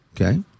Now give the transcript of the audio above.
Okay